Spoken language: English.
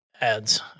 ads